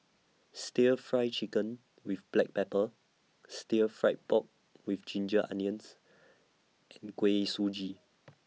Stir Fry Chicken with Black Pepper Stir Fried Pork with Ginger Onions and Kuih Suji